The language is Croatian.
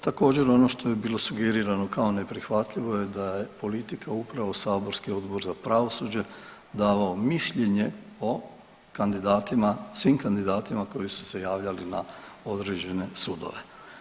Također ono što je bilo sugerirano kao neprihvatljivo je da je politika upravo saborski Odbor za pravosuđe davao mišljenje o kandidatima, svim kandidatima koji su se javljali na određene sudove.